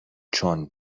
چون